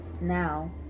now